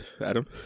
Adam